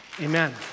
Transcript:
Amen